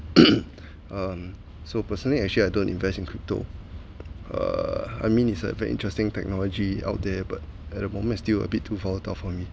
um so personally actually I don't invest in crypto err I mean it's a very interesting technology out there but at the moment still a bit too volatile for me